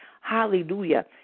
hallelujah